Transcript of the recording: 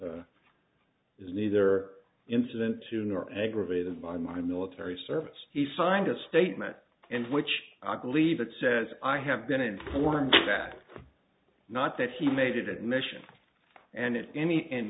is neither incident two nor aggravated by my military service he signed a statement and which i believe it says i have been informed that not that he made it mission and in any in